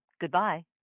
Goodbye